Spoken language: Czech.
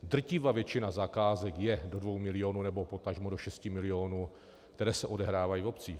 Drtivá většina zakázek je do 2 milionů nebo potažmo do 6 milionů, které se odehrávají v obcích.